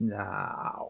now